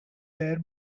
their